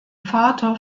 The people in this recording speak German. vater